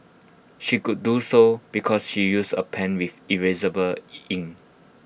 she could do so because she used A pen with erasable ink